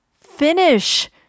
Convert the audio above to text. finish